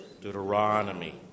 Deuteronomy